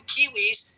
Kiwis